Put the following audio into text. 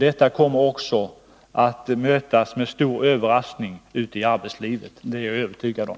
Det kommer att mötas med stor överraskning i arbetslivet, det är jag övertygad om.